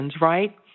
right